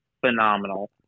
phenomenal